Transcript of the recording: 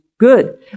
Good